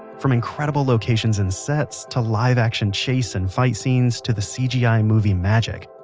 from incredible locations and sets, to live-action chase and fight scenes, to the cgi ah movie magic.